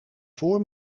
voor